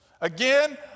Again